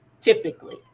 typically